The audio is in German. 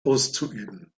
auszuüben